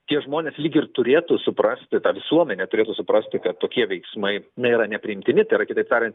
tie žmonės lyg ir turėtų suprasti ta visuomenė turėtų suprasti kad tokie veiksmai nėra nepriimtini tai yra kitaip tarian